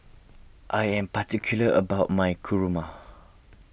I am particular about my Kurma